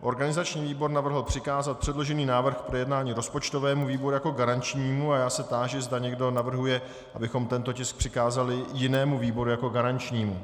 Organizační výbor navrhl přikázat předložený návrh k projednání rozpočtovému výboru jako garančnímu a já se táži, zda někdo navrhuje, abychom tento tisk přikázali jinému výboru jako garančnímu.